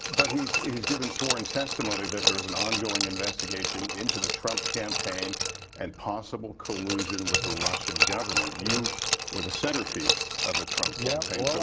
but he's he's given sworn testimony that there is an ongoing investigation into the trump campaign and possible collusion with the russian government. you were the center piece of the trump campaign. so